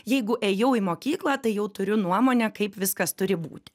jeigu ėjau į mokyklą tai jau turiu nuomonę kaip viskas turi būti